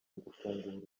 gufungurwa